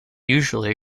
usually